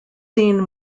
seen